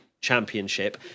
Championship